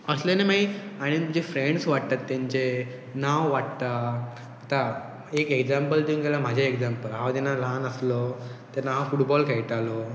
असलेले मागीर आनी तेजे फ्रेंड्स वाडटात तेंचें नांव वाडटा आतां एक एग्जांपल दिवंक गेल्यार म्हाजे एग्जांपल हांव जेन्ना ल्हान आसलो तेन्ना हांव फुटबॉल खेळटालो